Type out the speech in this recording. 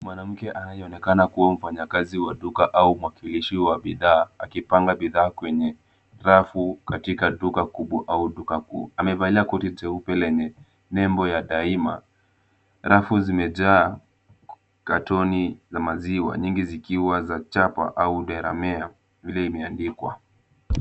Mwanamke anayeonekana kuwa mfanyikazi wa duka au mwakilishi wa bidhaa, akipanga bidhaa kwenye rafu katika duka kubwa au duka kuu. Amevalia koti jeupe lenye nembo ya Daima. Rafu zimejaa katoni za maziwa, nyingi zikiwa za chapa au Delareme vile imeandikwa.